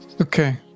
Okay